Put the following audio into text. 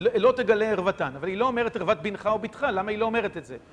לא תגלה ערוותן, אבל היא לא אומרת ערוות בנך או ביתך, למה היא לא אומרת את זה?